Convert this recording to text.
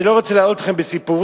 אני לא רוצה להלאות אתכם בסיפורים,